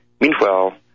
Meanwhile